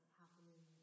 happening